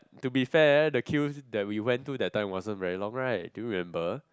to be fair the queue that we went to that time wasn't very long right do you remember